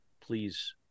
please